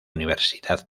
universidad